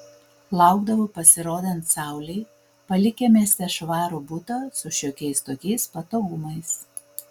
laukdavo pasirodant saulei palikę mieste švarų butą su šiokiais tokiais patogumais